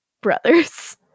brothers